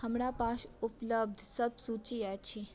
हमरा पास उपलब्ध सब सूची अछि